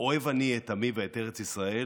"אוהב אני את עמי ואת ארץ ישראל,